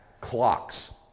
clocks